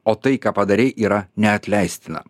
o tai ką padarei yra neatleistina